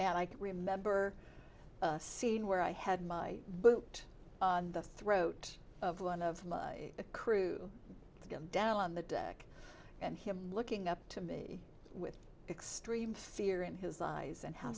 can't remember a scene where i had my boot on the throat of one of the crew to get down on the deck and him looking up to me with extreme fear in his eyes and how